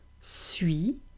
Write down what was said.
suis